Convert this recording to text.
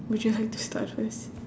would you like to start first